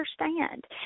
understand